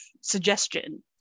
suggestion